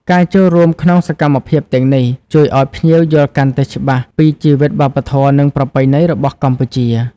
ការចូលរួមក្នុងសកម្មភាពទាំងនេះ ជួយឲ្យភ្ញៀវយល់កាន់តែច្បាស់ពីជីវិតវប្បធម៌ និងប្រពៃណីរបស់កម្ពុជា។